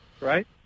right